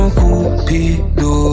cupido